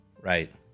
Right